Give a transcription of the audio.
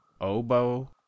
Oboe